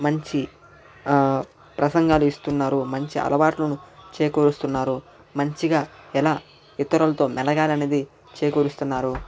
మంచి ప్రసంగాలు ఇస్తున్నారు మంచి అలవాట్లను చేకూరుస్తున్నారు మంచిగా ఎలా ఇతరులతో మెలగాలి అనేది చేకూరుస్తున్నారు